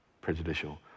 prejudicial